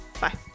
bye